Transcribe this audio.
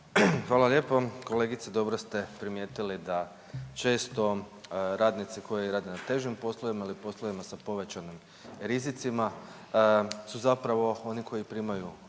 Hvala lijepo. Kolegice dobro ste primijetili da često radnici koji rade na težim poslovima ili poslovima sa povećanim rizicima su zapravo oni koji primaju